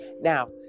now